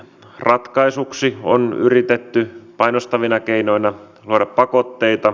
tämä on yksi tärkeä asia